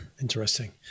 Interesting